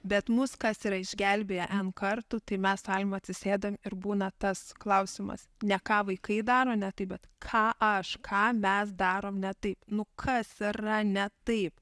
bet mus kas yra išgelbėję n kartų tai mes su alma atsisėdam ir būna tas klausimas ne ką vaikai daro ne taip bet ką aš ką mes darom ne taip nu kas yra ne taip